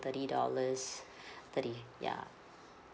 thirty dollars thirty yeah